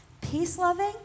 peace-loving